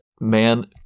man